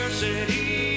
City